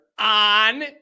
On